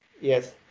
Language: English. Yes